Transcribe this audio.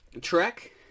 trek